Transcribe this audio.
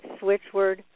switchword